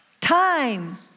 Time